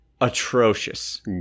atrocious